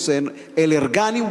ובנושאי אלרגנים,